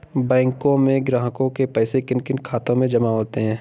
बैंकों में ग्राहकों के पैसे किन किन खातों में जमा होते हैं?